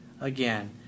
again